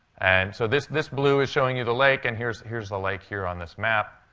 and so this this blue is showing you the lake. and here's here's the lake here on this map.